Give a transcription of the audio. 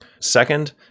Second